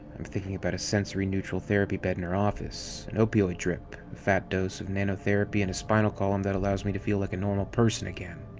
i'm thinking about a sensory-neutral therapy bed in her office, an opioid drip, a fat dose of nanotherapy and a spinal column that allows me to feel like a normal person again.